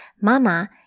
Mama